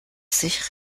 sich